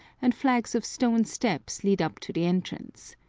and flights of stone steps lead up to the entrance.